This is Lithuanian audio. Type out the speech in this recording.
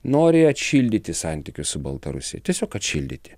nori atšildyti santykius su baltarusija tiesiog atšildyti